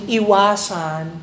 iwasan